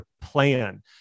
plan